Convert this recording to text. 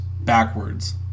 backwards